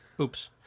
oops